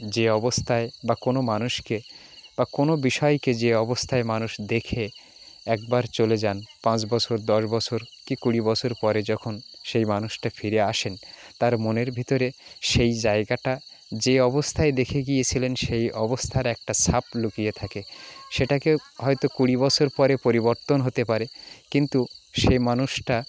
যে অবস্থায় বা কোনো মানুষকে বা কোনো বিষয়কে যে অবস্থায় মানুষ দেখে একবার চলে যান পাঁচ বছর দশ বছর কি কুড়ি বছর পরে যখন সেই মানুষটা ফিরে আসেন তার মনের ভিতরে সেই জায়গাটা যে অবস্থায় দেখে গিয়েছিলেন সেই অবস্থার একটা ছাপ লুকিয়ে থাকে সেটাকে হয়তো কুড়ি বছর পরে পরিবর্তন হতে পারে কিন্তু সে মানুষটা